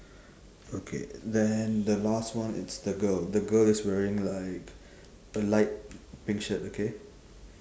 okay then the last one it's the girl the girl is wearing like a light pink shirt okay